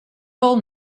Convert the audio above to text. all